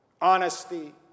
honesty